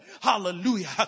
Hallelujah